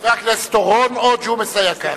חבר הכנסת אורון, או ג'ומס היקר.